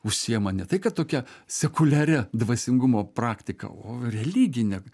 užsiima ne tai kad tokia sekuliaria dvasingumo praktika o religine